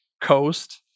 coast